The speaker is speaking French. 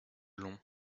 long